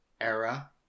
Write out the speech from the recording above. era